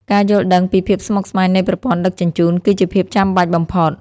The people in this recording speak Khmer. ការយល់ដឹងពីភាពស្មុគស្មាញនៃប្រព័ន្ធដឹកជញ្ជូន គឺជាភាពចាំបាច់បំផុត។